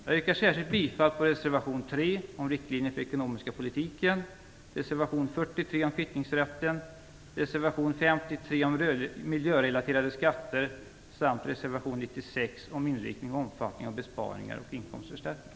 Jag yrkar särskilt bifall till reservation 3 om riktlinjer för den ekonomiska politiken, reservation 43 om kvittningsrätten, reservation 53 om miljörelaterade skatter samt reservation 96 om inriktning och omfattning av besparingar och inkomstförstärkningar.